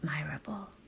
admirable